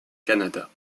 canada